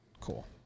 cool